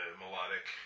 melodic